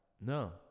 No